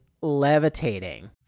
Levitating